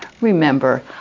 Remember